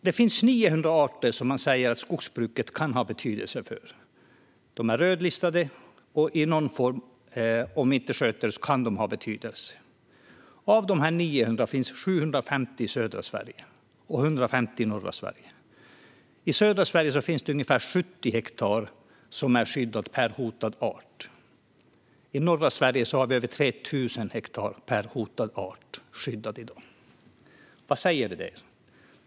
Det finns 900 arter som man säger att skogsbruket kan ha betydelse för. De är rödlistade, och i någon form kan det ha betydelse om man inte sköter detta. Av de 900 arterna finns 750 i södra Sverige och 150 i norra Sverige. I södra Sverige finns det ungefär 70 hektar som är skyddade per hotad art. I norra Sverige har vi i dag över 3 000 hektar som är skyddade per hotad art. Vad säger det?